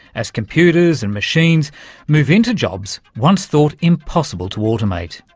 as computers and machines move into jobs once thought impossible to automate.